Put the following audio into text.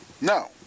No